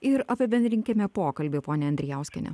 ir apibendrinkime pokalbį ponia andrijauskiene